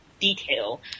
detail